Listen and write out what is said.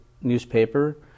newspaper